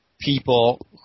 people